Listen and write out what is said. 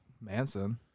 Manson